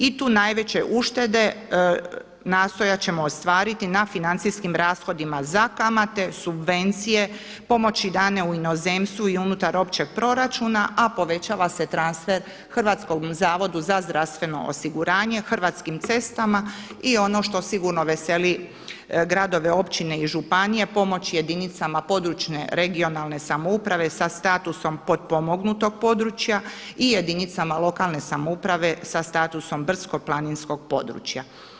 I tu najveće uštede nastojat ćemo ostvariti na financijskim rashodima za kamate, subvencije, pomoći dane u inozemstvu i unutar općeg proračuna, a povećava se transfer Hrvatskom zavodu za zdravstveno osiguranje, Hrvatskim cestama i ono što sigurno veseli gradove, općine i županije pomoć jedinicama područne (regionalne) samouprave sa statusom potpomognutog područja i jedinicama lokalne samouprave sa statusom brdsko-planinskog područja.